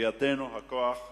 בידינו הכוח לשנות,